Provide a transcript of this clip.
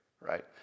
right